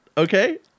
Okay